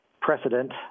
precedent